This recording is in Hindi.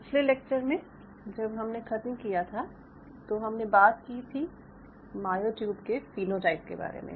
पिछले लेक्चर में जब हमने ख़त्म किया था तो हमने बात की थी मायोट्यूब के फीनोटाइप के बारे में